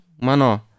mano